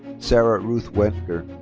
sarah ruth wenger.